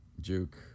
Juke